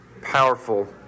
powerful